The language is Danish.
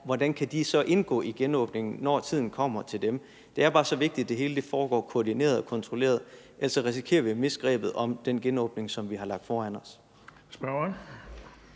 hvordan de så kan indgå i genåbningen, når tiden kommer til dem. Det er bare så vigtigt, at det hele foregår koordineret og kontrolleret. Ellers risikerer vi at miste grebet om den genåbning, som vi har lagt foran os.